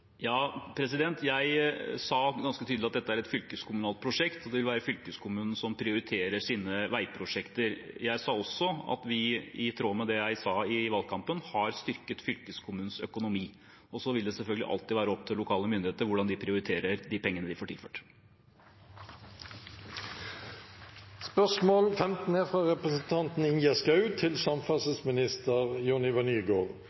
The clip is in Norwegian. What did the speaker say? Jeg sa ganske tydelig at dette er et fylkeskommunalt prosjekt, og det vil være fylkeskommunen som prioriterer sine veiprosjekter. Jeg sa også at vi, i tråd med det jeg sa i valgkampen, har styrket fylkeskommunens økonomi. Og så vil det selvfølgelig alltid være opp til lokale myndigheter hvordan de prioriterer de pengene de får tilført. Dette spørsmålet, fra representanten Ingjerd Schou til